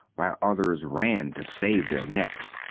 while others ran to save their necks,